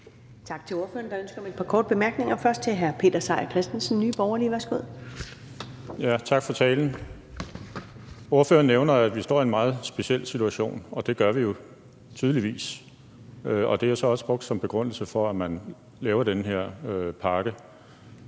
Tak til ordføreren. Der er ønsker om et par korte bemærkninger, først fra hr. Peter Seier Christensen, Nye Borgerlige. Værsgo. Kl. 21:28 Peter Seier Christensen (NB): Tak for talen. Ordføreren nævner, at vi står i en meget speciel situation, og det gør vi jo tydeligvis. Det har jeg så også brugt som begrundelse for, at man laver den her pakke.